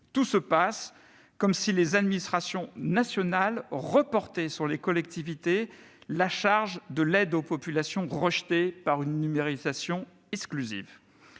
Tout se passe comme si les administrations nationales reportaient sur les collectivités la charge de l'aide aux populations rejetées par une numérisation exclusive.